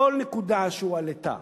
כל נקודה שהועלתה